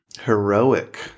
heroic